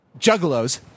Juggalos